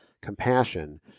compassion